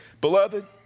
Beloved